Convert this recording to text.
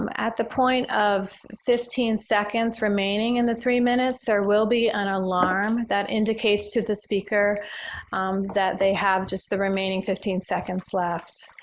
um at the point of fifteen seconds remaining in the three minutes, there will be an alarm that indicates to the speaker that they have just the remaining fifteen seconds left.